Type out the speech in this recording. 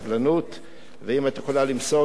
ואם את יכולה למסור גם ליושב-ראש הכנסת,